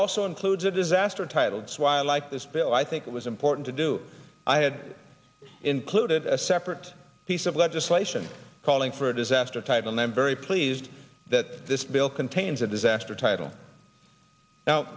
also includes a disaster titled why i like this bill i think it was important to do i had included a separate piece of legislation calling for a disaster type and i'm very pleased that this bill contains a disaster title now